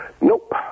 Nope